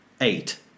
eight